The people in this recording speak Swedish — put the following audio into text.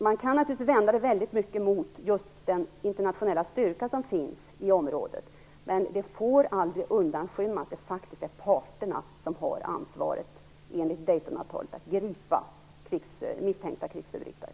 Man kan naturligtvis vända detta väldigt mycket emot just den internationella styrka som finns i området, men det får aldrig undanskymma att det faktiskt är parterna som har ansvaret enligt Daytonavtalet att gripa misstänkta krigsförbrytare.